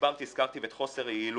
הזכרתי גם את חוסר היעילות.